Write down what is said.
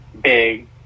big